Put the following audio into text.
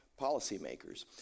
policymakers